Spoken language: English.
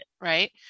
right